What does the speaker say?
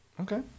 Okay